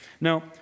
Now